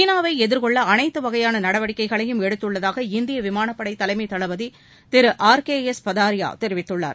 சீனாவை எதிர்கொள்ள அனைத்து வகையான நடவடிக்கைகளையும் எடுத்துள்ளதாக இந்திய விமானப்படை தலைமை தளபதி திரு ஆர் கே எஸ் பதாரியா தெரிவித்துள்ளார்